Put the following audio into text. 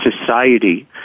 society